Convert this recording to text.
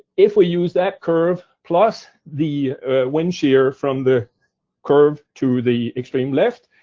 if we use that curve plus the wind shear from the curve to the extreme left,